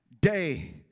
day